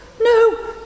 no